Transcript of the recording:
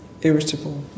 irritable